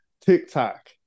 TikTok